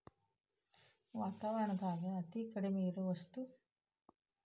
ವಾತಾವರಣದಾಗ ಅತೇ ಕಡಮಿ ಇರು ವಸ್ತು